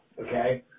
Okay